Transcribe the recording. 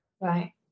Right